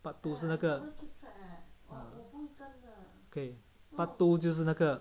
part two 是那个 okay part two 就是那个